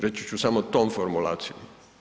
Reći ću samo tom formulacijom.